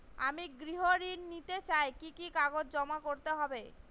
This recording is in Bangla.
আমি গৃহ ঋণ নিতে চাই কি কি কাগজ জমা করতে হবে?